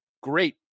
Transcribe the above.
great